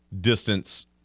distance